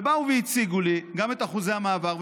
ובאו והציגו לי גם את אחוזי המעבר,